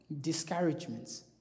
discouragements